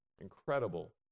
incredible